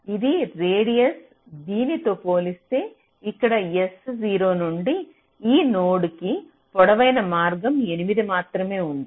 ఇది రేడియస్ దీనితో పోలిస్తే ఇక్కడ S0 నుండి ఈ నోడ్ కీ పొడవైన మార్గం 8 మాత్రమే ఉంది